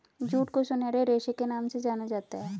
jute को सुनहरे रेशे के नाम से जाना जाता है